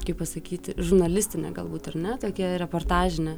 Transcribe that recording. kaip pasakyti žurnalistine galbūt ar ne tokia reportažinė